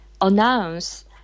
announce